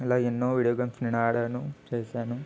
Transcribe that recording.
ఇలా ఎన్నో video games నేను ఆడాను చేశాను